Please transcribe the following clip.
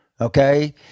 Okay